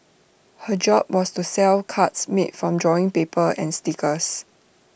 her job was to sell cards made from drawing paper and stickers